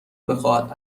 بخواهد